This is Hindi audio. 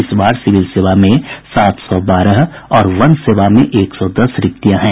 इस बार सिविल सेवा में सात सौ बारह और वन सेवा में एक सौ दस रिक्तियां हैं